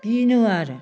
बिनो आरो